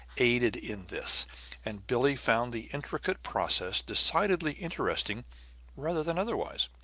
aided in this and billie found the intricate process decidedly interesting rather than otherwise.